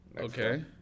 Okay